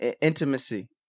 Intimacy